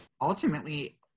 ultimately